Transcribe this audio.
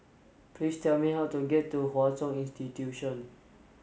please tell me how to get to Hwa Chong Institution